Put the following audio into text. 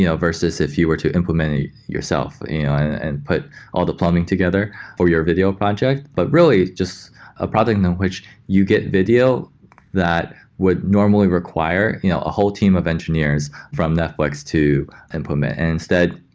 you know versus if you were to implement it yourself and put all the plumbing together or your video project. but really just a project in which you get video that would normally require you know a whole team of engineers from netflix to implement. and instead,